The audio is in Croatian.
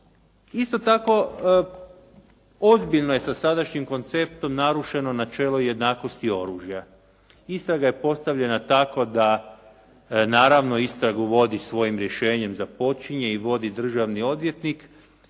Isto tako, ozbiljno je sa sadašnjim konceptom narušeno načelo jednakosti oružja. Istraga je postavljena tako da naravno istragu vodi svojim rješenjem, započinje i vodi državni odvjetnik,